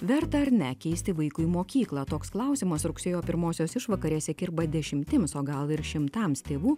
verta ar ne keisti vaikui mokyklą toks klausimas rugsėjo pirmosios išvakarėse kirba dešimtims o gal ir šimtams tėvų